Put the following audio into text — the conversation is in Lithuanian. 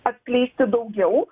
atskleisti daugiau